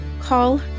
call